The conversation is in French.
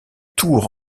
tours